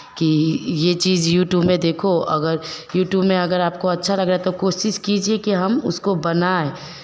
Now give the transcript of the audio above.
कि ये चीज़ यूट्यूब में देखो अगर यूट्यूब में अगर आपको अच्छा लगे तो कोशिश कीजिए कि उसको हम बनाएँ